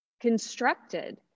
constructed